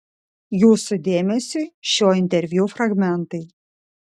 jūsų dėmesiui šio interviu fragmentai